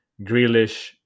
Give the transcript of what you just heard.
Grealish